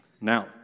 Now